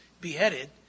beheaded